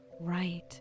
Right